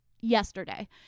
yesterday